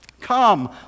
Come